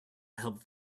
help